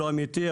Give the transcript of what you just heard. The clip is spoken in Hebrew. לא אמיתי,